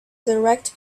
direct